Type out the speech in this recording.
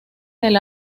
del